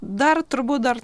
dar turbūt dar